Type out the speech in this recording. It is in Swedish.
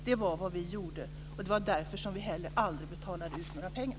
Det var vad vi gjorde, och det var därför vi heller aldrig betalade ut några pengar.